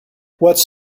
what’s